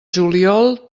juliol